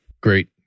Great